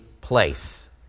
place